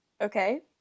Okay